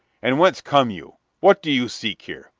and whence come you? what do you seek here?